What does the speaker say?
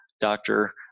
doctor